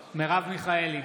מיכאלי,